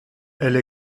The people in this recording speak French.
elle